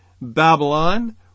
Babylon